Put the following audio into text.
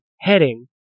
heading